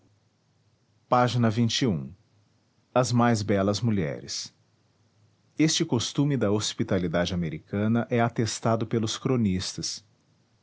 a ág s mais belas mulheres este costume da hospitalidade americana é atestado pelos cronistas